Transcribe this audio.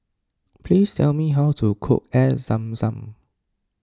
please tell me how to cook Air Zam Zam